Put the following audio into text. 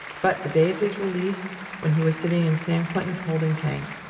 but the day of his release, when he was sitting in san quentin's holding tank,